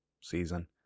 season